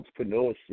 Entrepreneurship